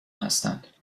هستند